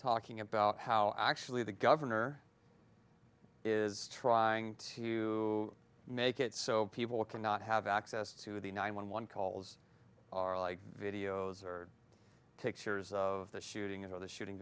talking about how actually the governor is trying to make it so people cannot have access to the nine one one calls are like videos or pictures of the shooting and or the shooting